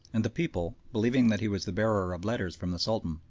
and the people, believing that he was the bearer of letters from the sultan,